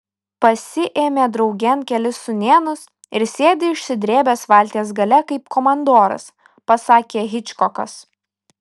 pasiėmė draugėn kelis sūnėnus ir sėdi išsidrėbęs valties gale kaip komandoras pasakė hičkokas